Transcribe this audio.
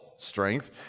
strength